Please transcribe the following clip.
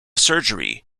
surgery